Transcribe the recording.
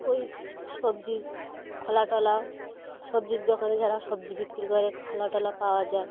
ওই সবজির খোলা টলা সবজির দোকানে যারা সবজি বিক্রি করে খোলা টলা পাওয়া যায়